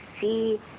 see